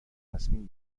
تصمیم